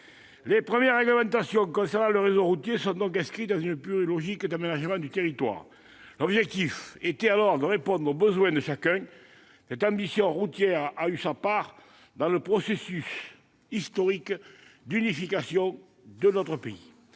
Les premières réglementations concernant le réseau routier se sont donc inscrites dans une pure logique d'aménagement du territoire. L'objectif était alors de répondre aux « besoins de chacun ». Cette ambition routière a eu sa part dans le processus historique d'unification de notre pays.